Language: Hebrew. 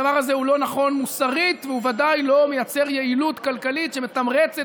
הדבר הזה הוא לא נכון מוסרית והוא ודאי לא מייצר יעילות כלכלית שמתמרצת